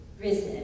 risen